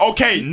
Okay